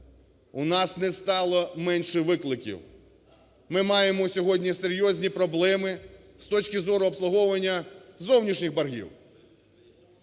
У нас не стало менше викликів. Ми маємо сьогодні серйозні проблеми з точки зору обслуговування зовнішніх боргів.